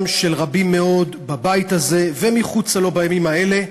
של רבים מאוד בבית הזה ומחוצה לו בימים האלה,